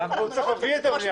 הוא צריך להביא היתר בנייה.